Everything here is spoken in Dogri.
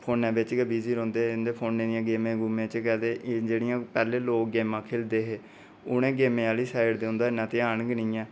फोनै बिच गै बिजी रौंह्दे उं'दे फोनै दी गेमे गूमे च गै ते जेहड़ियां पैह्लें लोक गेमां खेढदे हे उ'नें गेमें आह्ली साइड तां उं'दा इन्ना ध्यान गे नेईं ऐ